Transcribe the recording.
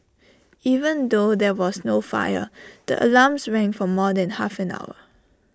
even though there was no fire the alarms rang for more than half an hour